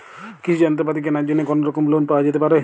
কৃষিযন্ত্রপাতি কেনার জন্য কোনোরকম লোন পাওয়া যেতে পারে?